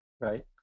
right